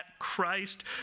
Christ